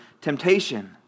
temptation